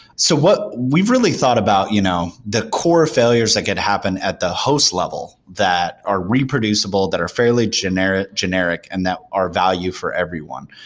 so we've really thought about you know the core failures that could happen at the host level that are reproducible, that are fairly generic generic and that are value for everyone.